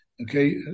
Okay